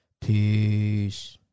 Peace